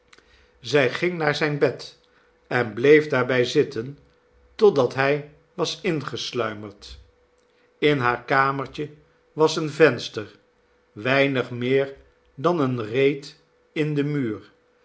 zij ging naar zijn bed en bleef daarbij zitten totdat hij was ingesluimerd in haar kamertje was een venster weinig meer dan eene reet in den muur